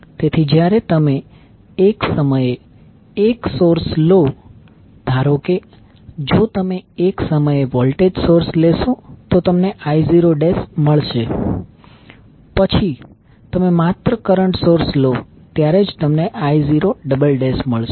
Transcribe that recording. તેથી જ્યારે તમે એક સમયે એક સોર્સ લો ધારો કે જો તમે એક સમયે વોલ્ટેજ સોર્સ લેશો તો તમને I0 મળશે પછી તમે માત્ર કરંટ સોર્સ લો ત્યારે જ તમને I0મળશે